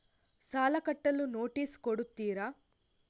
ಸಾಲ ಕಟ್ಟಲು ನೋಟಿಸ್ ಕೊಡುತ್ತೀರ?